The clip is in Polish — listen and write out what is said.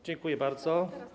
Dziękuję bardzo.